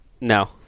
No